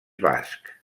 basc